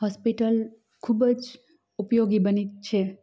hospital ખૂબજ ઉપયોગી બને છે